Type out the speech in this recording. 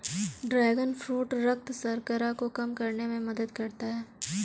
dragon fruit रक्त शर्करा को कम करने में मदद करता है